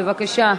בבקשה.